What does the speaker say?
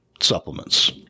supplements